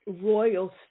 royal